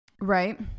Right